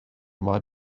mae